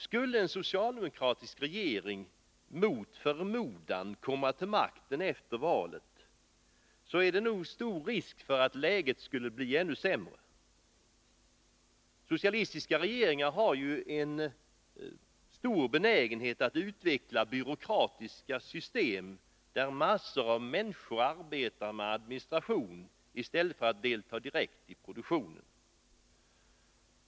Skulle en socialdemokratisk regering mot förmodan komma till makten efter valet, är det stor risk för att läget skulle bli ännu sämre. Socialistiska regeringar har en stor benägenhet att utveckla byråkratiska system, där massor av människor arbetar med administration i stället för att delta direkt i produktionen.